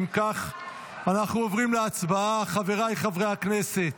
אם כך אנחנו עוברים להצבעה, חבריי חברי הכנסת,